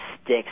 sticks